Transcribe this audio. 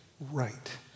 right